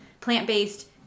plant-based